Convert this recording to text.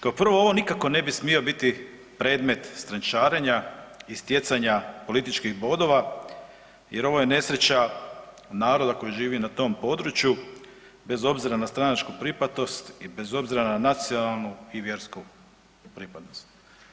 Kao prvo ovo nikako ne bi smio biti predmet strančarenja i stjecanja političkih bodova jer ovo je nesreća naroda koji živi na tom području bez obzira na stranačku pripadnost i bez obzira na nacionalnu i vjersku pripadnost.